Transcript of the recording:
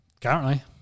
Currently